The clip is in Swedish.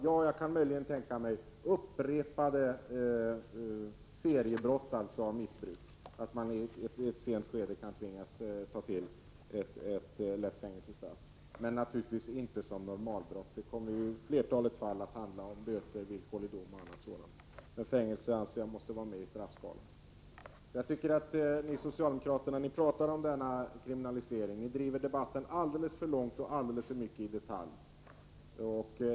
Jag kan möjligen tänka mig att man vid upprepade fall av missbruk — seriebrott — i ett sent skede kan tvingas ta till ett lätt fängelsestraff, men naturligtvis inte vid normalbrott. Det kommer i flertalet fall att handla om böter, villkorlig dom m.m. Jag anser dock att fängelse måste vara med i straffskalan. Socialdemokraterna talar om kriminaliseringen och driver debatten alldeles för långt och alldeles för mycket i detalj.